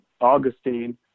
Augustine